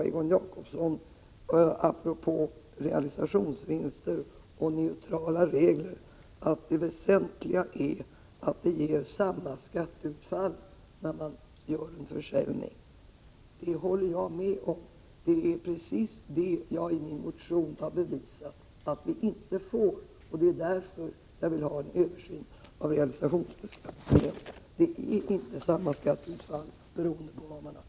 Egon Jacobsson sade, apropå realisationsvinster och neutrala regler, att det väsentliga är att det blir samma skatteutfall när man gör en försäljning. Det håller jag med om, och det är precis detta som jag i min motion har visat att det inte blir. Det är därför som jag vill ha en översyn av realisationsvinstbeskattningen. Skatteutfallet är inte oberoende av vad man har sålt.